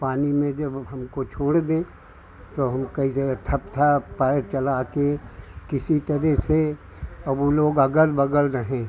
पानी में जब हमको छोड़ दे तो हम का जे हाथ पैर चला कर किसी तरह से और वे लोग अगल बगल रहें